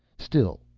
still,